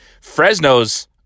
Fresno's